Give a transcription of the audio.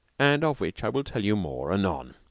and of which i will tell you more anon.